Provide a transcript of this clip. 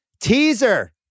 Teaser